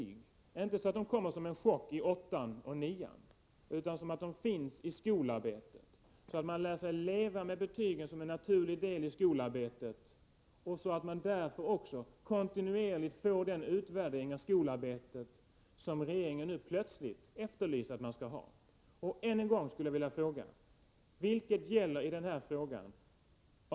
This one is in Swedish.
Jag menar då inte betyg som kommer som en chock i 8:an och 9:an, utan sådana som finns med i skolarbetet, så att eleverna lär sig att leva med dem som en naturlig del i skolarbetet och så att de genom dem får den kontinuerliga utvärdering av skolarbetet som regeringen nu plötsligt efterlyser. Jag vill än en gång fråga vad som gäller i det här sammanhanget.